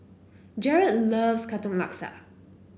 Jarrod loves Katong Laksa